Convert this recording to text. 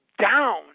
down